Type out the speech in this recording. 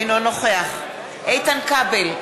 אינו נוכח איתן כבל,